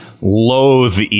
loathe